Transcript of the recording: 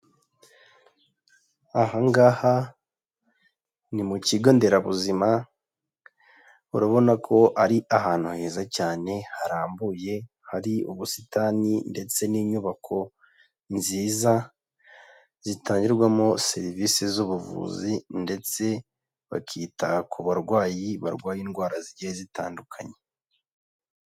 Aha ngaha ni mu kigo nderabuzima, urabona ko ari ahantu heza cyane harambuye, hari ubusitani ndetse n'inyubako nziza zitangirwamo serivisi z'ubuvuzi ndetse bakita ku barwayi barwaye indwara zigiye zitandukanye.